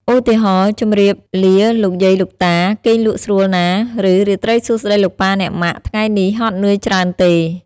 ឧទាហរណ៍ ជម្រាបលាលោកយាយលោកតា! គេងលក់ស្រួលណា៎! ឬ រាត្រីសួស្តីលោកប៉ាអ្នកម៉ាក់! ថ្ងៃនេះហត់នឿយច្រើនទេ?។